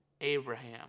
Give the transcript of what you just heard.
Abraham